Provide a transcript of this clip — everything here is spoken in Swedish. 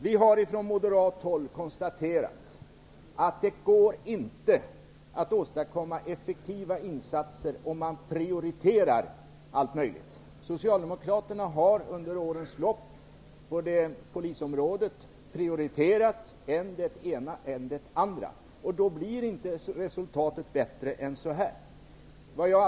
Vi har från moderat håll konstaterat att det inte går att åstadkomma effektiva insatser om man prioriterar allt möjligt. Socialdemokraterna har under årens lopp på polisområdet prioriterat än det ena, än det andra, och då blir resultatet inte bättre än vad som blivit fallet.